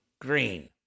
green